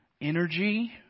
energy